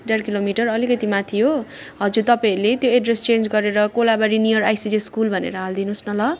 डेढ kilometre अलिकति माथि त हो हजुर तपाईँले त्यो एड्रेस चेन्ज गरेर कोलाबारी नियर आइसिडिएस स्कुल भनेर हालिदिनु होस् न ल